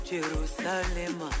Jerusalem